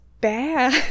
bad